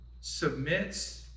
submits